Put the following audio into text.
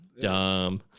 Dumb